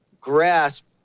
grasp